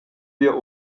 wir